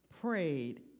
prayed